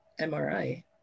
MRI